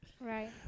right